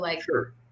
Sure